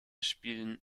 spielen